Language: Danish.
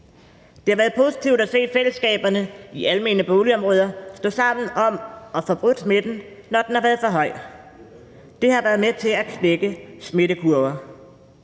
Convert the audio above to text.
Det har været positivt at se fællesskaberne i almene boligområder stå sammen om at få brudt smitten, når den har været for høj. Det har været med til at knække smittekurver.